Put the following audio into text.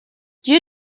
due